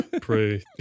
Pray